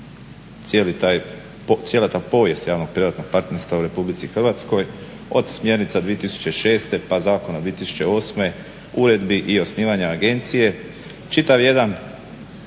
cijela ta povijest javno-privatnog partnerstva u Republici Hrvatskoj od smjernica 2006., pa zakona 2008. uredbi i osnivanja agencije. Čitav jedan